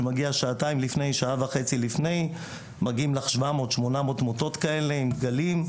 מגיע שעה וחצי או שעתיים לפני; מגיעים 700 או 800 מטות כאלה עם דגלים.